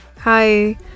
Hi